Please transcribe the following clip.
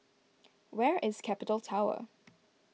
where is Capital Tower